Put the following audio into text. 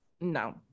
No